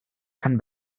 kann